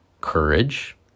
courage